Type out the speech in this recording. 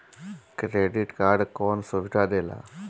Credit card कौन सुबिधा देला?